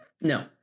No